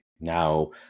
now